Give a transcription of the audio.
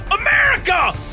America